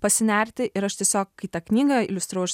pasinerti ir aš tiesiog kai tą knygą iliustravau aš